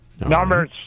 Numbers